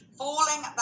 falling